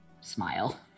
...smile